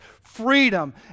freedom